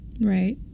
Right